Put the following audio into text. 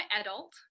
adult